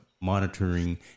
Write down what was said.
monitoring